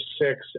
six